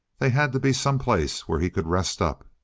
they had to be someplace where he could rest up.